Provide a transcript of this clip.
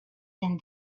than